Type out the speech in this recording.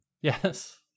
Yes